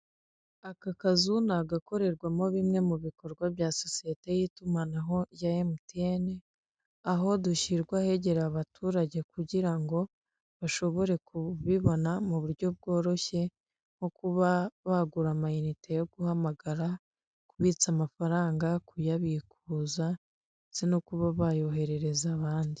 Aka kazu ni agakorerwaho bimwe mubikorwa bya sosiyete y'itumanaho ya MTN aho dushyirwa ahegereye abaturage kugira ngo bashobore kubibona muburyo bworoshye Nko kuba bagura amayinite yo guhamagara kubitsa amafaranga, kuyabikuza ndetse no kuba bayoherereza abandi.